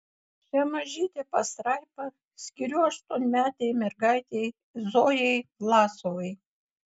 šią mažytę pastraipą skiriu aštuonmetei mergaitei zojai vlasovai